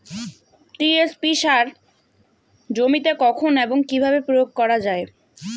TSP সার জমিতে কখন এবং কিভাবে প্রয়োগ করা য়ায়?